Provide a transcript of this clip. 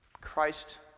Christ